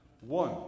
One